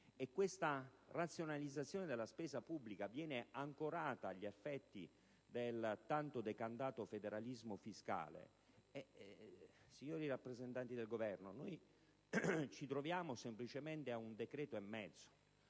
e di razionalizzazione della spesa pubblica, che vengono ancorate agli effetti del tanto decantato federalismo fiscale: signori rappresentanti del Governo, ci troviamo semplicemente ad un decreto e mezzo